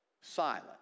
silent